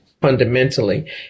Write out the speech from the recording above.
Fundamentally